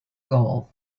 goal